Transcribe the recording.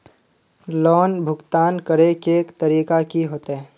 Loan भुगतान करे के तरीका की होते?